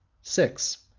six.